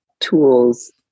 tools